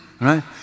right